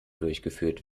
durchgeführt